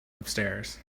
upstairs